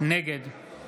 נגד